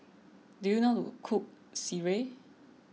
do you know how to cook Sireh